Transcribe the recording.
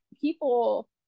people